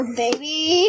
baby